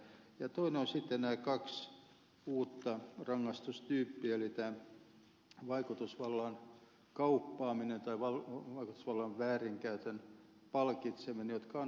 ja toinen vaikea asia on sitten nämä kaksi uutta rangaistustyyppiä eli vaikutusvallan kauppaaminen tai vaikutusvallan väärinkäytön palkitseminen jotka ovat hankalia kirjoittaa